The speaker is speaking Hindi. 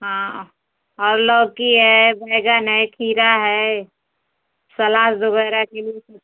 हाँ और लौकी है बैगन है खीरा है सलाद वगैरह के लिए सब